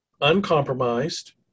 uncompromised